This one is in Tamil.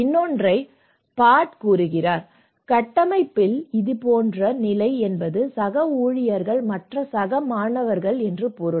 இன்னொன்றை பார்ட் கூறுகிறார் கட்டமைப்பில் இதேபோன்ற நிலை என்பது சக ஊழியர்கள் மற்றும் சக மாணவர்கள் என்று பொருள்